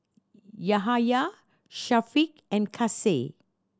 Yahaya Syafiq and Kasih